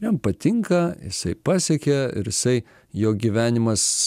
jam patinka jisai pasiekė ir jisai jo gyvenimas